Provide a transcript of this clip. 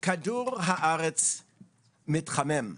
כדור הארץ מתחמם.